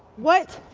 what?